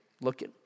looking